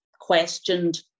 questioned